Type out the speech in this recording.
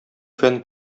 фән